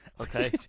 Okay